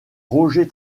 roger